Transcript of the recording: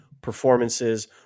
performances